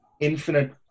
infinite